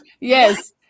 Yes